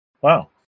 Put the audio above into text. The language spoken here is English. Wow